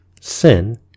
sin